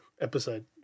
episode